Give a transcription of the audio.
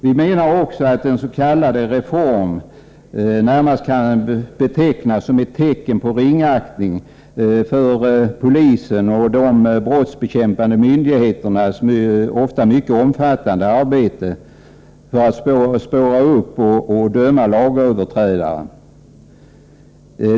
Vi menar att denna s.k. reform närmast kan betraktas som ett tecken på ringaktning för polisens och de brottsbekämpande myndigheternas ofta mycket omfattande arbete för att spåra upp och döma lagöverträdare.